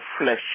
flesh